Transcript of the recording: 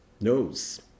knows